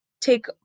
take